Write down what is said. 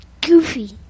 Goofy